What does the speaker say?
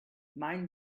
mind